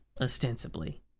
ostensibly